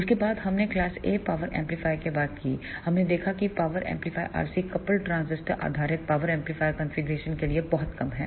उसके बाद हमने क्लास A पावर एम्पलीफायर के बारे में बात की हमने देखा कि power amplifier RC coupled transistor आधारित पावर एम्पलीफायर कॉन्फ़िगरेशन के लिए बहुत कम है